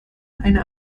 eine